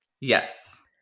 Yes